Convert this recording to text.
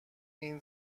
این